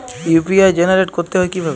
UPI generate করতে হয় কিভাবে?